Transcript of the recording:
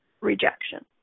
rejection